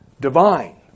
Divine